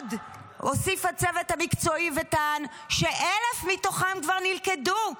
ועוד הוסיף הצוות המקצועי וטען ש-1,000 מתוכם כבר נלכדו,